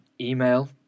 email